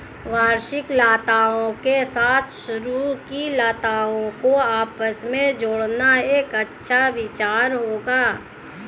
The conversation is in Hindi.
वार्षिक लताओं के साथ सरू की लताओं को आपस में जोड़ना एक अच्छा विचार होगा